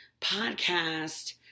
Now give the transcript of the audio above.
podcast